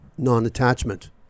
Non-attachment